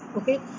Okay